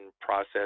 process